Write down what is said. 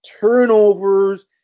Turnovers